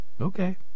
Okay